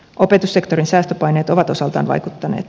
opetussektorin säästöpaineet ovat osaltaan vaikuttaneet